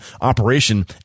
operation